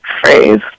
phrase